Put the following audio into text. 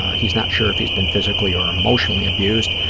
he's not sure if he's been physically or emotionally abused.